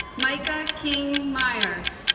micah king myers